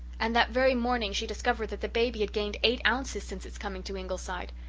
and that very morning she discovered that the baby had gained eight ounces since its coming to ingleside.